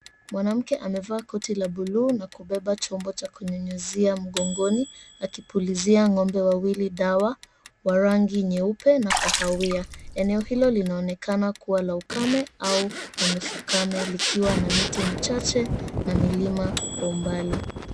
Mwnanamke amevaa koti la buluu na kubeba chombo cha kunyunyuzia mgongoni akipulizia ng'ombe wawili dawa wa rangi nyeupe na kahawia. Eneo hilo linaonekana kuwa la ukame au la nusu kame likiwa na miti michache na milima kwa umbali.